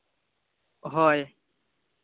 ᱦᱳᱭ